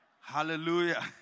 Hallelujah